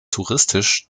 touristisch